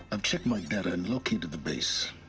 i've checked my data and located the base.